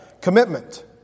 commitment